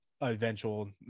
eventual